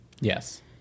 Yes